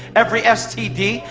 every std,